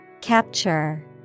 Capture